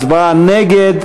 הצבעה נגד,